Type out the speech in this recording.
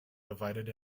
divided